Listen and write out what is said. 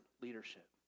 leadership